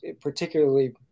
particularly